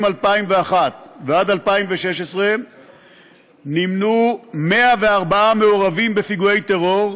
2001 עד 2016 נמנו 104 מעורבים בפיגועי טרור,